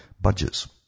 Budgets